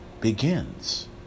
begins